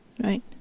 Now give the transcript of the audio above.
right